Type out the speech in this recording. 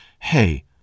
Hey